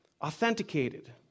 authenticated